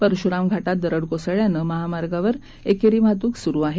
परशुराम घाटात दरड कोसळल्यानं महामार्गावर एकेरी वाहतूक सुरू आहे